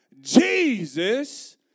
Jesus